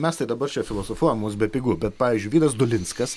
mes tai dabar čia filosofuojam mums bepigu bet pavyzdžiui vydas dolinskas